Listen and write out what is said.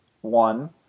One